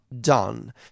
done